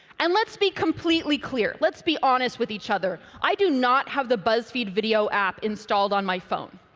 and let's be completely clear. let's be honest with each other. i do not have the buzzfeed video app installed on my phone.